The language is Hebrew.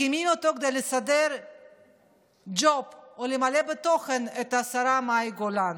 מקימים אותו כדי לסדר ג'וב או למלא בתוכן את השרה מאי גולן